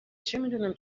چمیدونم